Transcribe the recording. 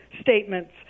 statements